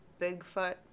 Bigfoot